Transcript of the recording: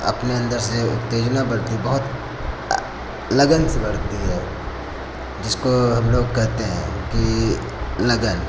अपने अंदर से उत्तेजना बढ़ती है बहुत लगन से बढ़ती है जिसको हम लोग कहते हैं कि लगन